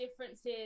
differences